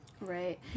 right